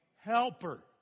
helper